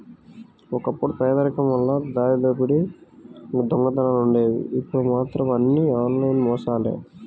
ఒకప్పుడు పేదరికం వల్ల దారిదోపిడీ దొంగతనాలుండేవి ఇప్పుడు మాత్రం అన్నీ ఆన్లైన్ మోసాలే